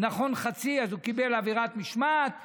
חצי נכון, אז הוא קיבל עבירת משמעת.